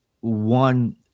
one